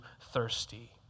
thirsty